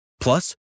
Plus